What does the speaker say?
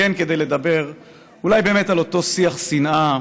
כדי לדבר אולי באמת על אותו שיח שנאה,